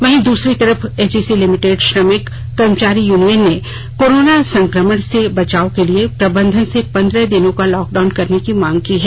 वहीं दूसरी तरफ एचईसी लिमिटेड श्रमिक कर्मचारी यूनियन ने कोरोना संकमण से बचाव लिए प्रबंधन से पंदह दिनों की लॉकडाउन करने की मांग की है